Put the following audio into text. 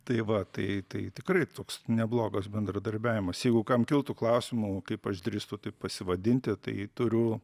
tai va tai tai tikrai toks neblogas bendradarbiavimas jeigu kam kiltų klausimų kaip aš drįstu taip pasivadinti tai turiu